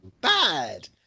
bad